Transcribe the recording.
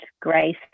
Grace